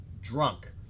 drunk